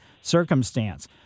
circumstance